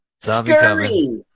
scurry